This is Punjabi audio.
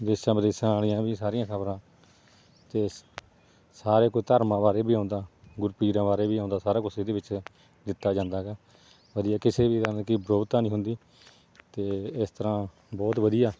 ਦੇਸ਼ਾਂ ਵਿਦੇਸ਼ਾਂ ਵਾਲੀਆਂ ਵੀ ਸਾਰੀਆਂ ਖਬਰਾਂ ਅਤੇ ਸਾਰੇ ਕੋਈ ਧਰਮਾਂ ਬਾਰੇ ਵੀ ਆਉਂਦਾ ਗੁਰ ਪੀਰਾਂ ਬਾਰੇ ਵੀ ਆਉਂਦਾ ਸਾਰਾ ਕੁਛ ਇਹਦੇ ਵਿੱਚ ਦਿੱਤਾ ਜਾਂਦਾ ਗਾ ਵਧੀਆ ਕਿਸੇ ਵੀ ਤਰ੍ਹਾਂ ਦੀ ਵਿਰੋਧਤਾ ਨਹੀਂ ਹੁੰਦੀ ਅਤੇ ਇਸ ਤਰ੍ਹਾਂ ਬਹੁਤ ਵਧੀਆ